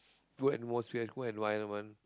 good atmosphere good environment